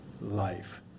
life